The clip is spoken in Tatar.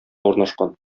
урнашкан